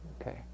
okay